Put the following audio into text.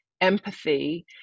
empathy